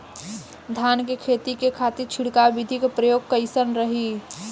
धान के खेती के खातीर छिड़काव विधी के प्रयोग कइसन रही?